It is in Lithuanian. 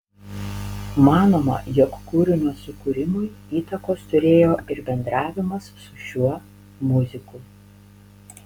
manoma jog kūrinio sukūrimui įtakos turėjo ir bendravimas su šiuo muziku